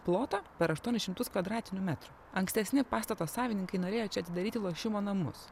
ploto per aštuonis šimtus kvadratinių metrų ankstesni pastato savininkai norėjo čia atidaryti lošimo namus